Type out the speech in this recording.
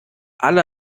alle